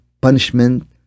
punishment